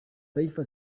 taifa